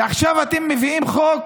ועכשיו אתם מביאים חוק,